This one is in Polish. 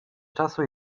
czasu